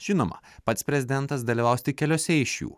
žinoma pats prezidentas dalyvaus tik keliose iš jų